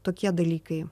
tokie dalykai